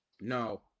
No